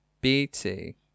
BT